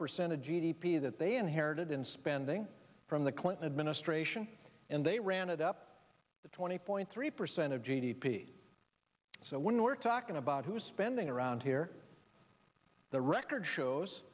percent of g d p that they inherited in spending from the clinton administration and they ran it up to twenty point three percent of g d p so when we're talking about who's spending around here the record shows